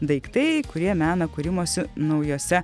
daiktai kurie mena kūrimosi naujuose